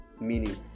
meaning